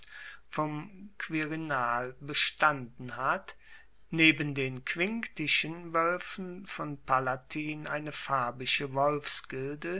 vom quirinal bestanden hat neben den quinctischen woelfen von palatin eine fabische